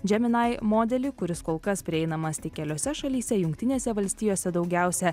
gemini modelį kuris kol kas prieinamas tik keliose šalyse jungtinėse valstijose daugiausia